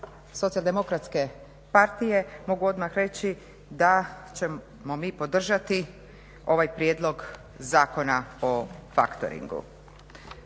Socijal-demokratske partije mogu odmah reći da ćemo mi podržati ovaj prijedlog Zakona o factoringu.